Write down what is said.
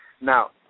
Now